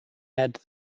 add